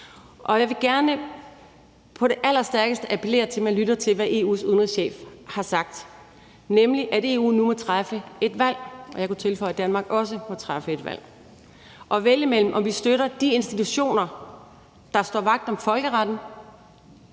jeg vil gerne på det allerstærkeste appellere til, at man lytter til, hvad EU's udenrigschef har sagt, nemlig at EU nu må træffe et valg, og Danmark må også træffe et valg, kunne jeg tilføje. Det er at vælge imellem, om vi støtter de institutioner, der står vagt om folkeretten,